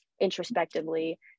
introspectively